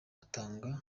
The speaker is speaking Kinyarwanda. atanga